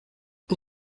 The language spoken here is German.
die